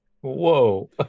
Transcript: whoa